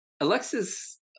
Alexis